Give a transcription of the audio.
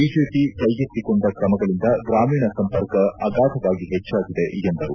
BJP ಕೈಗೆತ್ತಿಕೊಂಡ ಕ್ರಮಗಳಿಂದ ಗ್ರಾಮೀಣ ಸಂಪರ್ಕ ಆಗಾಧವಾಗಿ ಹೆಚ್ಲಾಗಿದೆ ಎಂದರು